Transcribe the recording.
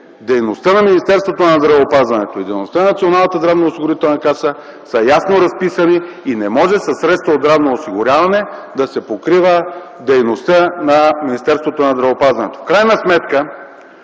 дейността на Министерството на здравеопазването и дейността на Националната здравноосигурителна каса са ясно разписани и не може със средства от здравно осигуряване да се покрива дейността на Министерството на здравеопазването. Макар че